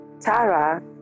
Tara